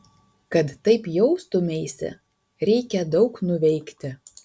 kad taip jaustumeisi reikia daug nuveikti